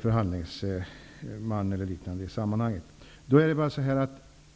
förhandlingsman eller liknande i det här sammanhanget.